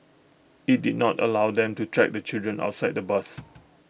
IT did not allow them to track the children outside the bus